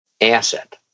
asset